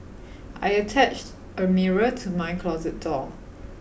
I attached a mirror to my closet door